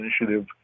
initiative